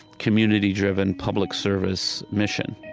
community-driven public service mission